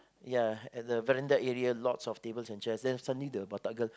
ya and the veranda area lots of table and chairs and suddenly the batak girl